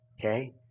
Okay